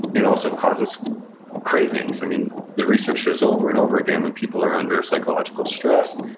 it also causes cravings, i mean the research shows over and over again, when people are under psychological stress,